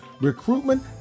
recruitment